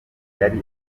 yari